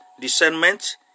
discernment